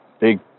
big